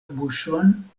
buŝon